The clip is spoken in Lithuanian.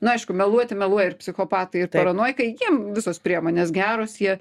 na aišku meluoti meluoja ir psichopatai ir paranojikai jam visos priemonės geros jie